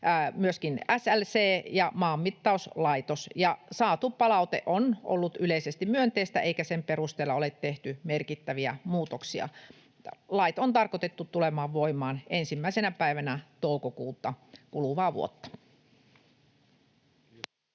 myöskin SLC ja Maanmittauslaitos, ja saatu palaute on ollut yleisesti myönteistä, eikä sen perusteella ole tehty merkittäviä muutoksia. Lait on tarkoitettu tulemaan voimaan 1. päivänä toukokuuta kuluvaa vuotta.